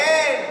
כן.